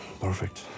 Perfect